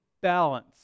balance